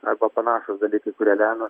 arba panašūs dalykai kurie lemia